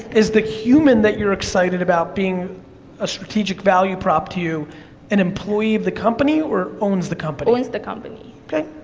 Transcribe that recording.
is the human that you're excited about being a strategic value prop to you an employee of the company or owns the company? owns the company. okay.